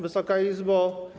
Wysoka Izbo!